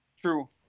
True